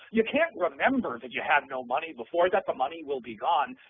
you can't remember that you had no money before, that the money will be gone.